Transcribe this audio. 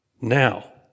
Now